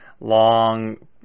long